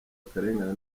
akarengane